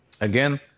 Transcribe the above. Again